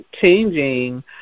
changing